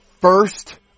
first